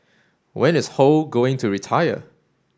when is Ho going to retire